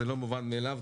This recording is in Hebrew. זה לא מובן מאליו.